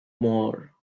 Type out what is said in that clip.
more